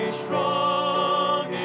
strong